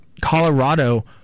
Colorado